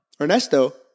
Ernesto